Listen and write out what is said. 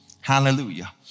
Hallelujah